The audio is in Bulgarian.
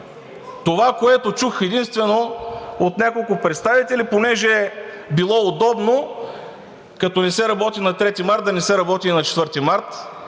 Това, което единствено чух от няколко представители – понеже било удобно, като не се работи на 3 март, да не се работи и на 4 март